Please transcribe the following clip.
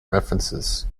references